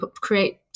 create